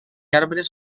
arbres